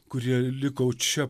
kurie liko čia